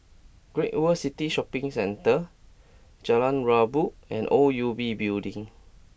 Great World City Shopping Centre Jalan Rabu and O U B Building